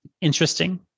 interesting